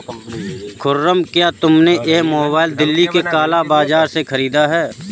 खुर्रम, क्या तुमने यह मोबाइल दिल्ली के काला बाजार से खरीदा है?